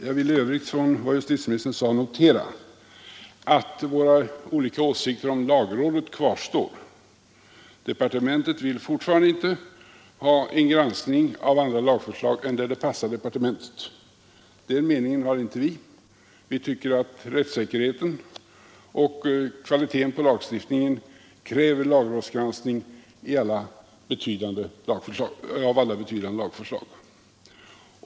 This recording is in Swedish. Jag vill i övrigt av vad justitieministern sade notera att våra olika åsikter om lagrådet kvarstår. Departementet vill fortfarande inte ha någon granskning av andra lagförslag än sådana där det passar departetssäkerheten och mentet. Den meningen har inte vi. Vi Anser att kvaliteten på lagstiftningen kräver lagrådets granskning av alla betydande lagförslag.